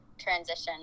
transition